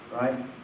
right